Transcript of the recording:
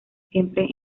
siempre